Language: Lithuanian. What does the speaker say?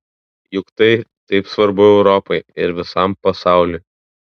juk tai taip svarbu europai ir visam pasauliui